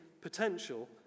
potential